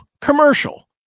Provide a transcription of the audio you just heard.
commercial